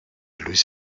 luis